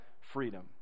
freedom